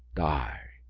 die!